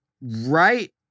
Right